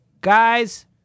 guys